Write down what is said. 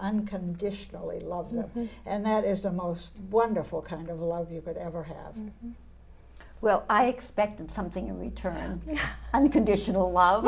unconditionally love and that is the most wonderful kind of love you could ever have well i expected something in return unconditional love